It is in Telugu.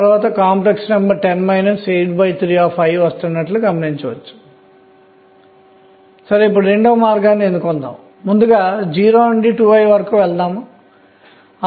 మీరు 1s 2s 2p 3s 3p 3d 4s 4p 4d 4f 5s 5p 5d 5 f మొదలైన స్థాయిలను వ్రాయండి